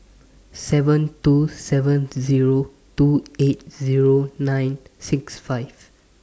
seven two seven Zero two eight Zero nine six five